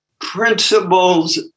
Principles